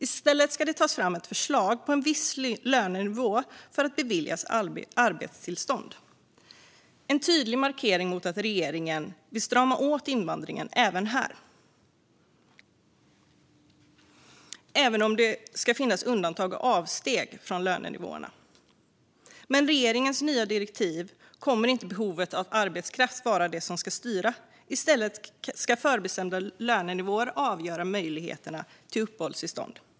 I stället ska det tas fram ett förslag på en viss lönenivå för att bevilja arbetstillstånd. Det är en tydlig markering om att regeringen vill strama åt invandringen även om det ska finnas undantag och avsteg från lönenivåerna. Med regeringens nya direktiv kommer inte behovet av arbetskraft att vara det som ska styra. I stället ska förbestämda lönenivåer avgöra möjligheterna till uppehållstillstånd.